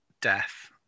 death